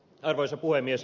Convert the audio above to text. arvoisa puhemies